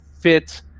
fit